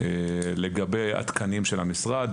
לגבי התקנים של המשרד.